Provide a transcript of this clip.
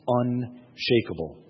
unshakable